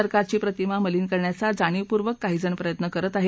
सरकारची प्रतिमा मलिन करण्याचा जाणीवपूर्वक काहीजण प्रयत्न करत आहेत